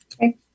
Okay